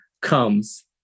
comes